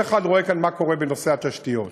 כל אחד רואה מה קורה בנושא התשתיות.